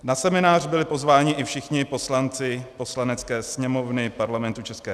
Na seminář byli pozváni i všichni poslanci Poslanecké sněmovny Parlamentu ČR.